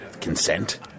Consent